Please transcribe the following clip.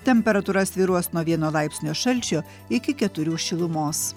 temperatūra svyruos nuo vieno laipsnio šalčio iki keturių šilumos